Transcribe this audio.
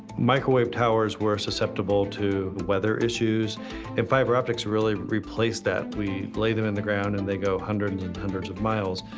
microwave towers were susceptible to weather issues and fiber optics really replaced that. we lay them in the ground and they go hundreds and hundreds of miles.